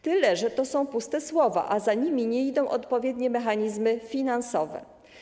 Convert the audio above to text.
Tyle że to są puste słowa, a za nimi nie idą odpowiednie mechanizmy finansowe.